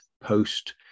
post